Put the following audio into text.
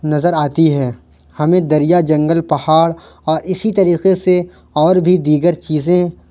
نظر آتی ہے ہمیں دریا جنگل پہاڑ اور اسی طریقے سے اور بھی دیگر چیزیں